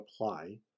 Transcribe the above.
apply